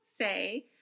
say